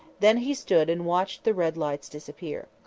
then he stood and watched the red lights disappear.